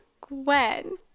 Gwen